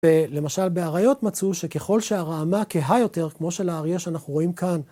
ולמשל באריות מצאו שככל שהרעמה קהה יותר, כמו של האריה שאנחנו רואים כאן.